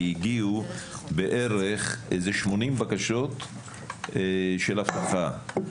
כי הגיעו בערך 80 בקשות של אבטחה,